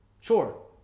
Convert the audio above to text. Sure